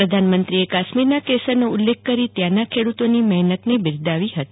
પ્રધાનમંત્રીએ કાશ્મીરના કેસરનો ઉલ્લેખ કરી ત્યાંના ખેડૂતોની મહેનતને બિરદાવી હતી